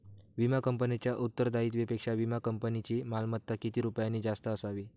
विमा कंपनीच्या उत्तरदायित्वापेक्षा विमा कंपनीची मालमत्ता किती रुपयांनी जास्त असावी?